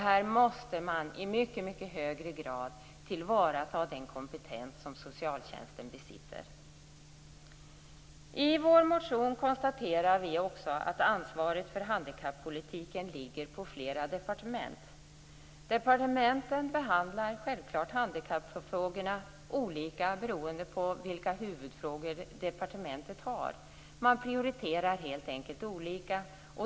Här måste man i mycket högre grad tillvarata den kompetens som socialtjänsten besitter. I vår motion konstaterar vi också att ansvaret för handikappolitiken ligger på flera departement. Departementen behandlar självklart handikappfrågorna olika beroende på vilka huvudfrågor de har. Man prioriterar helt enkelt olika.